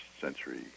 Century